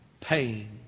pain